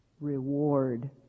Reward